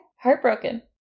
Heartbroken